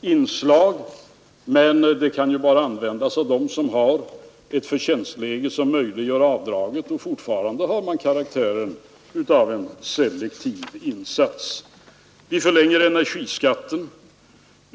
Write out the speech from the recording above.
inslag, men det kan ju bara användas av dem som har ett förtjänstläge som möjliggör avdraget, och det har fortfarande karaktären av en selektiv insats. Vi förlänger energiskattens liberalisering.